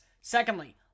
Secondly